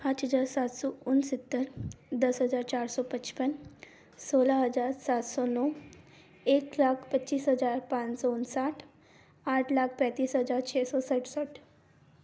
पाँच हज़ार सात सौ उनहत्तर दस हज़ार चार सौ पचपन सोलह हज़ार सात सौ नौ एक लाख पच्चीस हज़ार पाँच सौ उनसठ आठ लाख पैंतीस हज़ार छः सौ सड़सठ